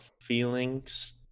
feelings